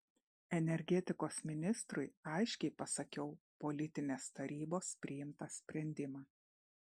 energetikos ministrui aiškiai pasakiau politinės tarybos priimtą sprendimą